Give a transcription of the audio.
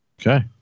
Okay